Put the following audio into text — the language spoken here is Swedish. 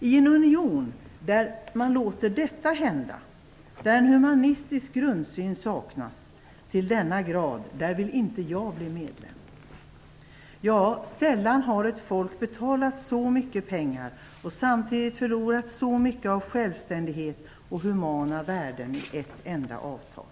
I en union där man låter detta hända, där en humanistisk grundsyn till denna grad saknas, vill inte jag bli medlem. Ja, sällan har ett folk betalat så mycket pengar och samtidigt förlorat så mycket av självständighet och humana värden i ett enda avtal.